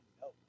no